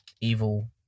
evil